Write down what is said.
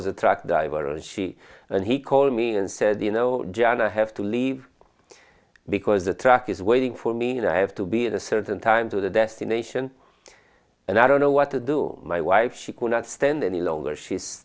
was a truck driver and she and he called me and said you know john i have to leave because the truck is waiting for me and i have to be in a certain time to the destination and i don't know what to do my wife she cannot stand any longer she